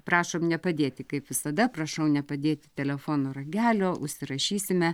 prašom nepadėti kaip visada prašau nepadėti telefono ragelio užsirašysime